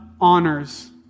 honors